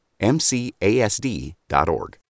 MCASD.org